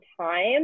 time